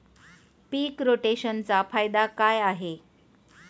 पीक रोटेशनचा फायदा काय आहे?